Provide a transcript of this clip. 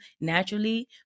naturally